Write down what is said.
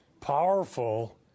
powerful